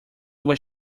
was